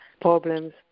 problems